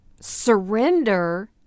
surrender